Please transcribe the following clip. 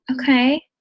okay